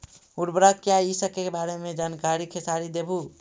उर्वरक क्या इ सके बारे मे जानकारी खेसारी देबहू?